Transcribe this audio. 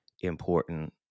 important